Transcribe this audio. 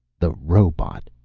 the robot!